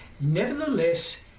nevertheless